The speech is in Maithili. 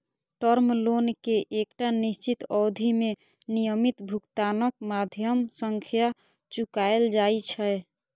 टर्म लोन कें एकटा निश्चित अवधि मे नियमित भुगतानक माध्यम सं चुकाएल जाइ छै